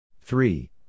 three